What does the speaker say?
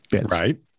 Right